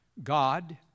God